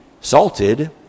salted